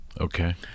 okay